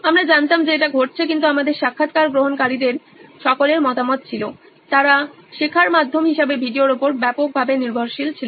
আমরা জানতাম যে এটা ঘটছে কিন্তু আমাদের সাক্ষাৎকার গ্রহণকারীদের সকলের মতামত ছিল তারা শেখার মাধ্যম হিসেবে ভিডিওর উপর ব্যাপকভাবে নির্ভরশীল ছিল